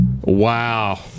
Wow